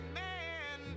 man